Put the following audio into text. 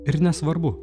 ir nesvarbu